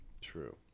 True